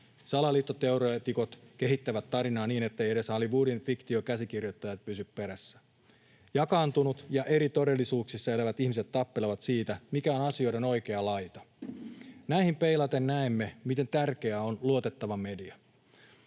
Salaliittoteoreetikot kehittävät tarinaa niin, että edes Hollywoodin fiktion käsikirjoittajat eivät pysy perässä. Jakaantuneet ja eri todellisuuksissa elävät ihmiset tappelevat siitä, mikä on asioiden oikea laita. Näihin peilaten näemme, miten tärkeä on luotettava media.